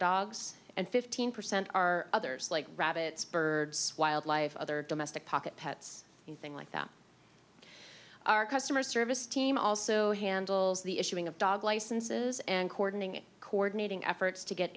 dogs and fifteen percent are others like rabbits birds wildlife other domestic pocket pets in thing like that our customer service team also handles the issuing of dog licenses and cordoning coordinating efforts to get